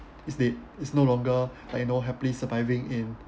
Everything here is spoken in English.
is dead it's no longer I know happily surviving in